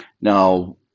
Now